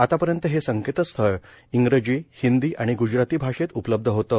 आतापर्यंत हे संकेतस्थळ इंग्रजी हिंदी आणि ग्जराती भाषेत उपलब्ध होतं